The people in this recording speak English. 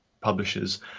publishers